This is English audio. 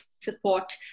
support